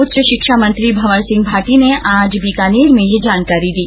उच्च शिक्षा मंत्री भंवरसिंह भाटी ने आज बीकानेर में ये जानकारी दी